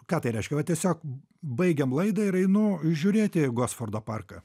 ką tai reiškia va tiesiog baigiam laidą ir einu žiūrėti gosfordo parką